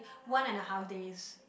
one and a half days